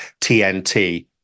TNT